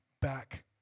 back